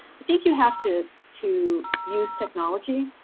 i think you have to to use technology.